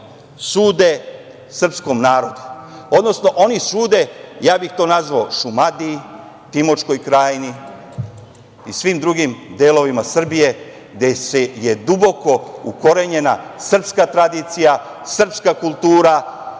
sude srpskom narodu, odnosno oni sude, ja bih to nazvao, Šumadiji, Timočkoj Krajini i svim drugim delovima Srbije gde je duboko ukorenjena srpska tradicija, srpska kultura,